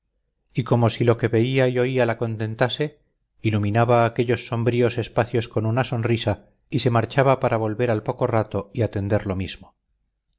y como si lo que veía y oía la contentase iluminaba aquellos sombríos espacios con una sonrisa y se marchaba para volver al poco rato y atender lo mismo